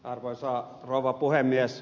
arvoisa rouva puhemies